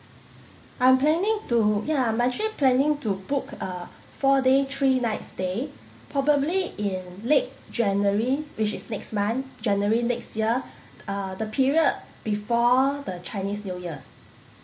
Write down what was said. I'm planning to ya I'm actually planning to book a four day three nights stay probably in late january which is next month january next year uh the period before the chinese new year